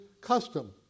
custom